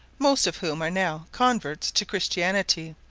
most of whom are now converts to christianity,